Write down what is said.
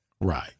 Right